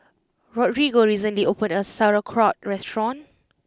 Rodrigo recently opened a new Sauerkraut restaurant